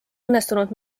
õnnestunud